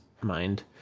mind